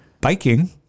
biking